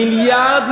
מיליארד,